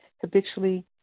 habitually